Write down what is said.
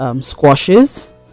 squashes